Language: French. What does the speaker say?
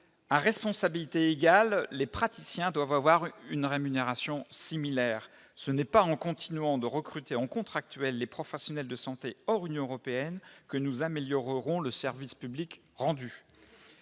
à responsabilités égales, les praticiens doivent avoir une rémunération similaires ce n'est pas en continuant de recruter en contractuels, les professionnels de santé hors Union européenne que nous améliorerons le service public rendu,